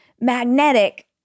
magnetic